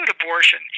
abortion